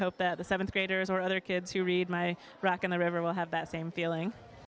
hope that the seventh graders or other kids who read my rack in the river will have that same feeling